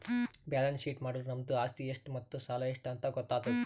balance sheet ಮಾಡುರ್ ನಮ್ದು ಆಸ್ತಿ ಎಷ್ಟ್ ಮತ್ತ ಸಾಲ ಎಷ್ಟ್ ಅಂತ್ ಗೊತ್ತಾತುದ್